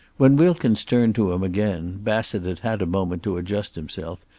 when wilkins turned to him again bassett had had a moment to adjust himself,